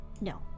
No